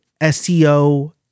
SEO